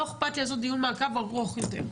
לא איכפת לי לעשות דיון מעכב ארוך יותר,